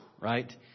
Right